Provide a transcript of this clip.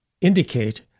indicate